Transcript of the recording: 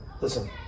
Listen